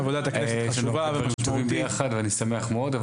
עשינו דברים חשובים ביחד ואני שמח מאוד,